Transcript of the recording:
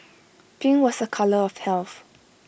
pink was A colour of health